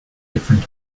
different